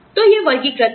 तो ये वर्गीकृत हैं